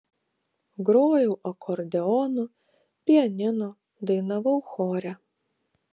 grojau akordeonu pianinu dainavau chore